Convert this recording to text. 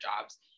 jobs